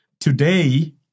Today